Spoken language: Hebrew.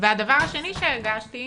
והדבר השני שהרגשתי,